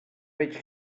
veig